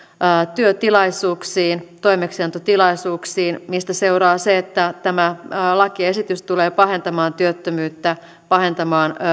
työtilaisuuksiin toimeksiantotilaisuuksiin mistä seuraa se että tämä lakiesitys tulee pahentamaan työttömyyttä pahentamaan